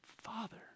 Father